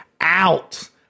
out